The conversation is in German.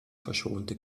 verschonte